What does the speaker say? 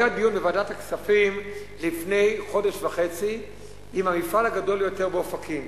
היה דיון בוועדת הכספים לפני חודש וחצי עם המפעל הגדול ביותר באופקים.